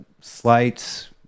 slight